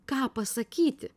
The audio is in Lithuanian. ką pasakyti